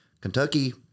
Kentucky